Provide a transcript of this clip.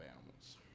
animals